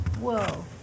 Whoa